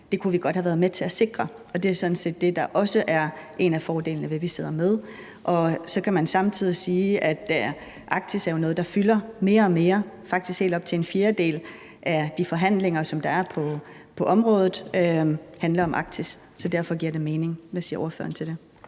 Det kunne vi godt have været med til at sikre, og det er sådan set også det, der er en af fordelene ved, at vi sidder med. Og så kan man samtidig sige, at Arktis jo er noget, der fylder mere og mere – faktisk helt op til en fjerdedel af de forhandlinger, der er på området, handler om Arktis – så derfor giver det mening. Hvad siger ordføreren til det?